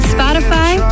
Spotify